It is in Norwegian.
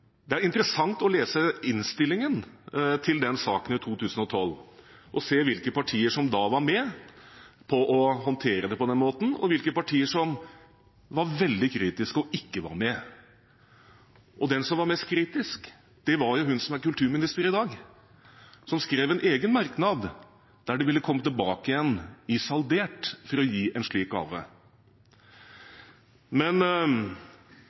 Det er interessant å lese innstillingen til saken i 2012 og se hvilke partier som da var med på å håndtere det på den måten, og hvilke partier som var veldig kritiske og ikke var med. Den som var mest kritisk, var hun som er kulturminister i dag, som skrev en egen merknad om at de ville komme tilbake igjen i saldert for å gi en slik gave. Vi blir med på å håndtere det på denne måten også, men